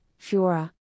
Fiora